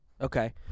okay